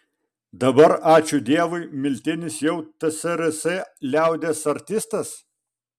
dabar ačiū dievui miltinis jau tsrs liaudies artistas